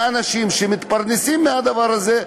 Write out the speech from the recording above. האנשים שמתפרנסים מהדבר הזה,